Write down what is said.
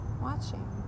watching